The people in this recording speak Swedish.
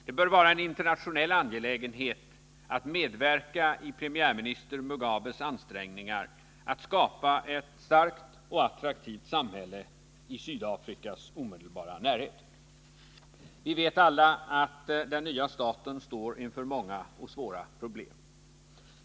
Det bör vara en internationell angelägenhet att medverka i premiärminister Mugabes ansträngningar att skapa ett starkt och attraktivt samhälle i Sydafrikas omedelbara närhet. Vi vet alla att den nya staten står inför många och svåra problem.